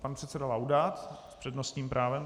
Pan předseda Laudát s přednostním právem.